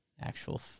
actual